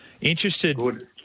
Interested